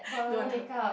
don't want t~